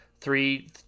three